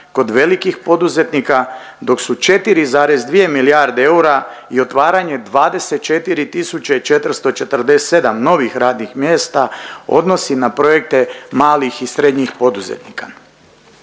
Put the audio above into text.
kod velikih poduzetnika, dok su 4,2 milijarde eura i otvaranje 24 tisuće 447 novih radnih mjesta odnosi na projekte malih i srednjih poduzetnika.